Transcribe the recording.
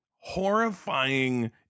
horrifying